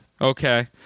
Okay